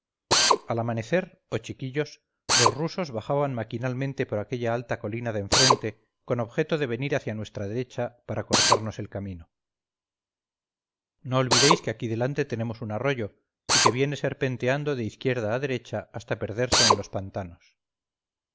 al amanecer oh chiquillos los rusos bajaban maquinalmente por aquella alta colina de enfrente con objeto de venir hacia nuestra derecha para cortarnos el camino no olvidéis que aquí delante tenemos un arroyo que viene serpenteando de izquierda a derecha hasta perderse en los pantanos